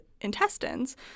intestines